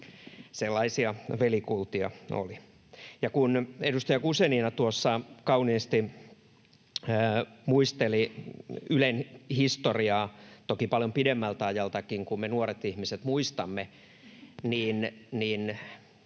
Sellaisia velikultia oli. Ja kun edustaja Guzenina tuossa kauniisti muisteli Ylen historiaa, toki paljon pidemmältäkin ajalta kuin me nuoret ihmiset muistamme, niin